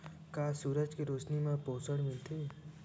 का सूरज के रोशनी म पोषण मिलथे?